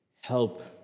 help